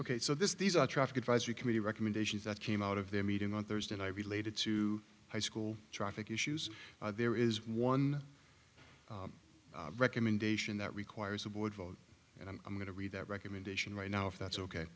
ok so this these are traffic advisory committee recommendations that came out of their meeting on thursday and i related to high school traffic issues there is one recommendation that requires a board vote and i'm going to read that recommendation right now if that's ok